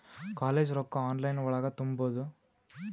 College ರೊಕ್ಕ online ಒಳಗ ತುಂಬುದು?